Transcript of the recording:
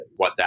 WhatsApp